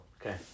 Okay